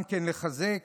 גם לחזק